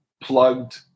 plugged